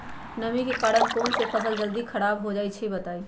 नमी के कारन कौन स फसल जल्दी खराब होई छई बताई?